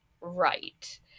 right